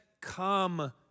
come